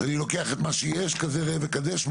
שאני לוקח את מה שיש כזה ראה וקדש,